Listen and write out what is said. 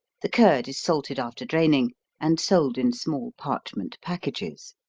the curd is salted after draining and sold in small parchment packages.